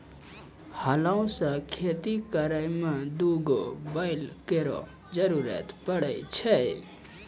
हलो सें खेती करै में दू गो बैल केरो जरूरत पड़ै छै